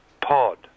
Pod